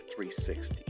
360